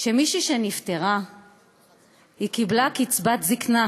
שמישהי שנפטרה קיבלה קצבת זיקנה,